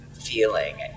feeling